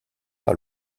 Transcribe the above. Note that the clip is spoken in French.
par